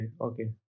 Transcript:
okay